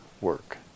work